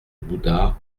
bouddha